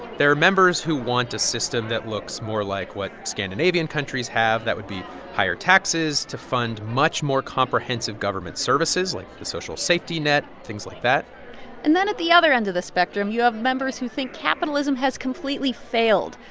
there are members who want a system that looks more like what scandinavian countries have. that would be higher taxes to fund much more comprehensive government services like the social safety net, things like that and then at the other end of the spectrum, you have members who think capitalism has completely failed.